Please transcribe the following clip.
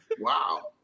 Wow